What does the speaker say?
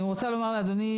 אני רוצה לומר לאדוני,